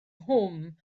nghwm